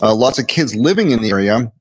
ah lots of kids living in the area,